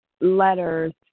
letters